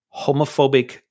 homophobic